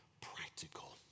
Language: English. practical